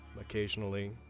occasionally